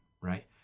Right